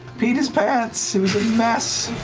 peed his pants, it was a mess.